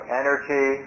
energy